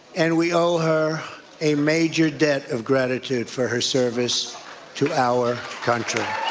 and we owe her a major debt of gratitude for her service to our country.